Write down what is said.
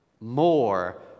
more